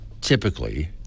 typically